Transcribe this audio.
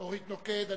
אורית נוקד.